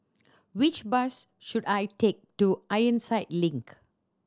which bus should I take to Ironside Link